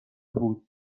بود